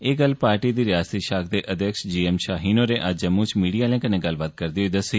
एह गल्ल पार्टी दी रियासती शाख दे अध्यक्ष जी एम शाहीन होरें अज्ज जम्मू च मीडिया आलें कन्नै गल्लबात करदे होई दस्सी